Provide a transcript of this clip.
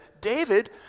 David